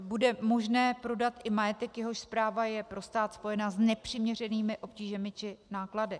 Bude možné prodat i majetek, jehož správa je pro stát spojena s nepřiměřenými obtížemi či náklady.